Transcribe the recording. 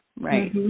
right